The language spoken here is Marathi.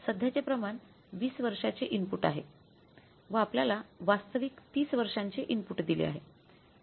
सध्याचे प्रमाण वीस वर्षांचे इनपुट आहे व आपल्याला वास्तविक तीस वर्षांचे इनपुट दिले आहे